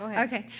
okay.